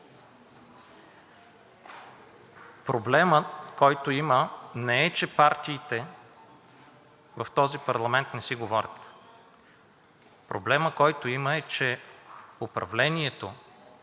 Проблемът, който има, не е, че партиите в този парламент не си говорят. Проблемът, който има, е, че управлението